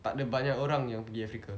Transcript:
tak ada banyak orang yang pergi africa